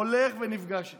הולך ונפגש איתם.